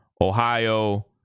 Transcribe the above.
Ohio